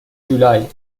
جولای